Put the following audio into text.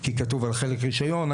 כי כתוב על חלק רישיון.